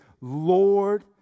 Lord